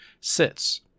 sits